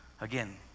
Again